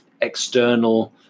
external